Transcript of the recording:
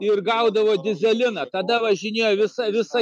ir gaudavo dyzeliną tada važinėjo visa visa